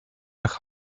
nach